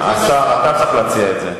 השר, אתה צריך להציע את זה.